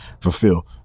fulfill